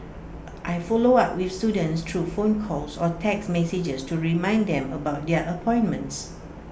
I follow up with students through phone calls or text messages to remind them about their appointments